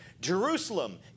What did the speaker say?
Jerusalem